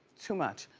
too much.